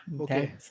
Okay